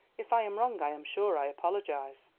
if i am wrong i am sure i apologise.